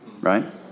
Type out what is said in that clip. right